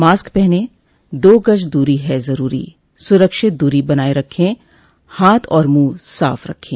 mask पहनें दो गज दूरी है जरूरी सुरक्षित दूरी बनाए रखें हाथ और मुंह साफ रखें